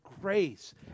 grace